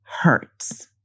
hurts